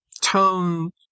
tone